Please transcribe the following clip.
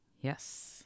Yes